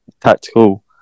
tactical